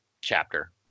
chapter